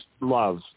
love